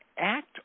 act